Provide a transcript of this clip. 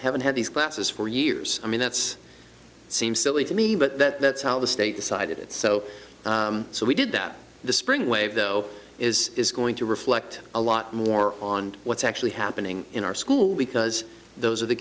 haven't had these classes for years i mean that's seems silly to me but that the state decided it so so we did that the spring wave though is is going to reflect a lot more on what's actually happening in our school because those are the